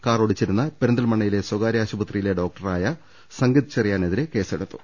കാറോട്ടിച്ചിരുന്ന പെരിന്തൽമണ്ണയിലെ സ്വകാര്യ ആശുപത്രിയിലെ ഡോക്ടറായ സംഗീത് ചെറിയാനെതിരെ കേസെ ടുത്തു